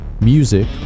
music